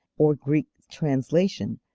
or greek translation,